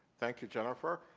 thank you, jennifer.